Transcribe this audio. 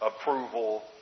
approval